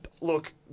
Look